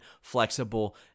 flexible